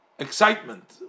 excitement